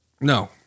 No